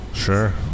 sure